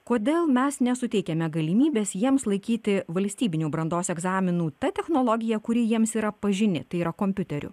kodėl mes nesuteikiame galimybės jiems laikyti valstybinių brandos egzaminų ta technologija kuri jiems yra pažini tai yra kompiuteriu